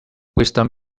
wisdom